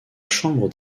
chambre